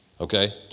okay